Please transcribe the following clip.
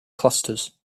clusters